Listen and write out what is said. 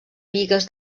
bigues